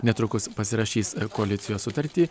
netrukus pasirašys koalicijos sutartį